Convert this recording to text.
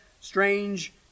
strange